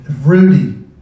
Rudy